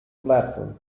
platform